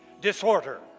disorder